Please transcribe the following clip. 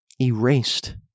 Erased